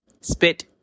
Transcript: Spit